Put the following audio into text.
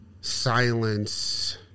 silence